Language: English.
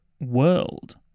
world